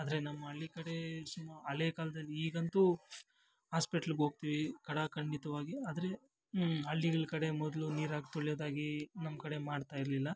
ಆದರೆ ನಮ್ಮ ಹಳ್ಳಿ ಕಡೆ ಸುಮಾ ಹಳೆ ಕಾಲ್ದಲ್ಲಿ ಈಗಂತೂ ಹಾಸ್ಪೆಟ್ಲಗೋಗ್ತೀವಿ ಖಡಾಖಂಡಿತವಾಗಿಯೂ ಆದರೆ ಹಳ್ಳಿಗಳ ಕಡೆ ಮೊದಲು ನೀರಾಕಿ ತೊಳಿಯೋದಾಗಿ ನಮ್ಮ ಕಡೆ ಮಾಡ್ತಾಯಿರ್ಲಿಲ್ಲ